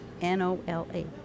N-O-L-A